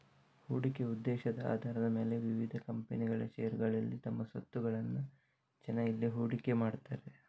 ಹೂಡಿಕೆ ಉದ್ದೇಶದ ಆಧಾರದ ಮೇಲೆ ವಿವಿಧ ಕಂಪನಿಗಳ ಷೇರುಗಳಲ್ಲಿ ತಮ್ಮ ಸ್ವತ್ತುಗಳನ್ನ ಜನ ಇಲ್ಲಿ ಹೂಡಿಕೆ ಮಾಡ್ತಾರೆ